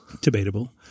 Debatable